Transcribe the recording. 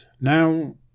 now